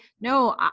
no